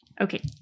Okay